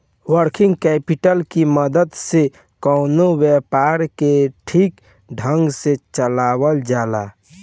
working capital की मदद से कवनो व्यापार के ठीक ढंग से चलावल जाला